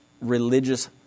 religious